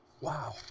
Wow